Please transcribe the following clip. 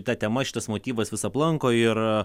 ta tema šitas motyvas vis aplanko ir